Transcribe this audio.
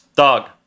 Dog